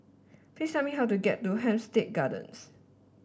please tell me how to get to Hampstead Gardens